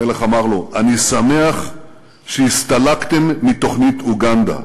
המלך אמר לו: אני שמח שהסתלקתם מתוכנית אוגנדה,